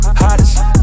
hottest